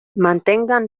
mantengan